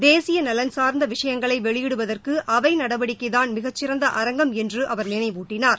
தேசிய நலன் சார்ந்த விஷயங்களை வெளியிடுவதற்கு அவை நடடிவக்கைதான் மிகச்சிறந்த அரங்கம் என்று அவர் நினைவூட்டினார்